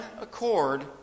accord